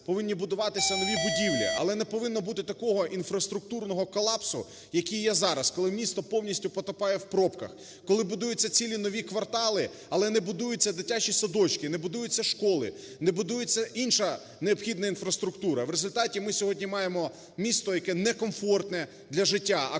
повинні будуватися нові будівлі, але не повинно бути такого інфраструктурного колапсу, який є зараз, коли місто повністю потопає у пробках, коли будуються цілі нові квартали, але не будуються дитячі садочки, не будуються школи, не будується інша необхідна інфраструктура. В результаті ми сьогодні маємо місто, яке не комфортне для життя, а комфортне